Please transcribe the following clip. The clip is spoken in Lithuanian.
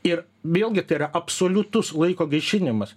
ir vėlgi tai yra absoliutus laiko gaišinimas